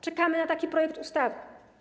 Czekamy na taki projekt ustawy.